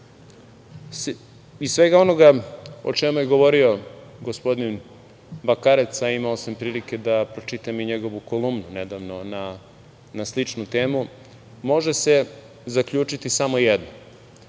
iz svega onoga o čemu je govorio gospodin Bakarec a imao sam prilike da pročitam i njegovu kolumnu nedavno na sličnu temu može se zaključiti samo jedno.